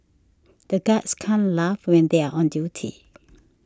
the guards can't laugh when they are on duty